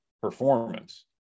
performance